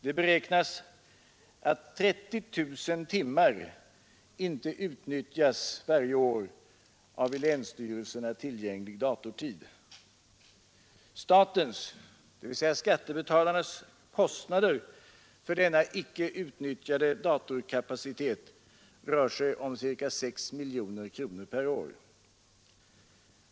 Det beräknas att 30 000 timmar varje år inte utnyttjas av vid länsstyrelserna tillgänglig datortid. Statens, dvs. skattebetalarnas, kostnader för denna icke utnyttjade datorkapacitet rör sig om ca 6 miljoner kronor per år.